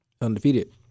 Undefeated